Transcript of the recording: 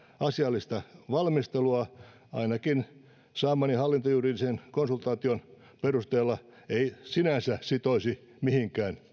asiallista valmistelua ei ainakaan saamani hallintojuridisen konsultaation perusteella sinänsä sitoisi mihinkään